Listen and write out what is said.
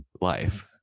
life